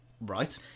Right